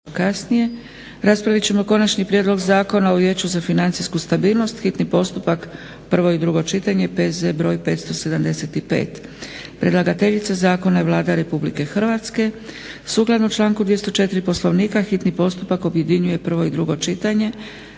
(SDP)** Raspravit ćemo konačni 2. Prijedlog zakona o vijeću za financijsku stabilnost, s konačnim prijedlogom zakona, hitni postupak, prvo i drugo čitanje, P.Z. br.575; Predlagateljica zakona je Vlada RH. Sukladno članku 204. Poslovnika, hitni postupak objedinjuje prvo i drugo čitanje,